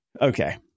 Okay